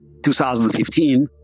2015